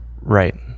Right